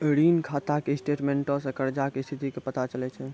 ऋण खाता के स्टेटमेंटो से कर्जा के स्थिति के पता चलै छै